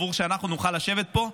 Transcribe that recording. כדי שאנחנו נוכל לשבת פה.